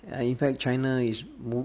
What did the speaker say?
and in fact china is mo~